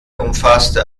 umfasste